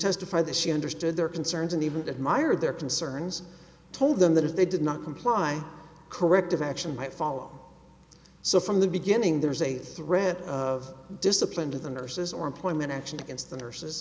testified that she understood their concerns and even admired their concerns told them that if they did not comply corrective action might follow so from the beginning there was a threat of discipline to the nurses or employment action against the nurses